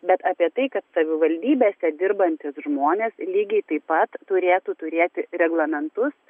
bet apie tai kad savivaldybėse dirbantys žmonės lygiai taip pat turėtų turėti reglamentus